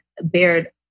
bared